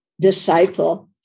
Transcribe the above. disciple